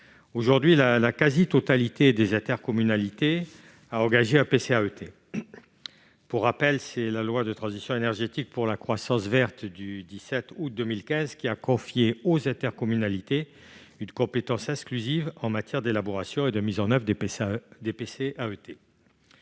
Aujourd'hui, la quasi-totalité des intercommunalités ont engagé un PCAET. Pour rappel, c'est la loi du 17 août 2015 relative à la transition énergétique pour la croissance verte qui a confié aux intercommunalités une compétence exclusive en matière d'élaboration et de mise en oeuvre de ces